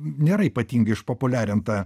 nėra ypatingai išpopuliarinta